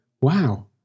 wow